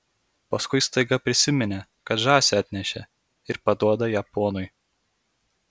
paskui staiga prisiminė kad žąsį atnešė ir paduoda ją ponui